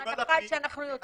ההנחה היא שאנחנו יודעים.